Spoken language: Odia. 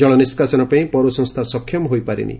ଜଳ ନିଷାସନ ପାଇଁ ପୌରସଂସ୍ରା ସକ୍ଷମ ହୋଇପାରିନି